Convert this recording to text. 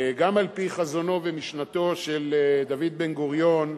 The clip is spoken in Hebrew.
גם על-פי חזונו ומשנתו של דוד בן-גוריון,